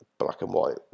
black-and-white